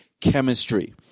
chemistry